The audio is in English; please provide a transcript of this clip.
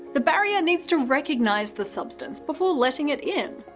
the barrier needs to recognize the substance before letting it in.